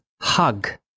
hug